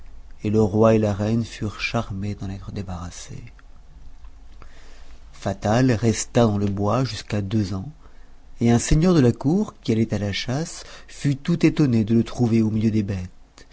et le roi et la reine furent charmés d'en être débarrassés fatal resta dans le bois jusqu'à deux ans et un seigneur de la cour qui allait à la chasse fut tout étonné de le trouver au milieu des bêtes